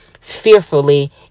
fearfully